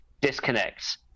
disconnects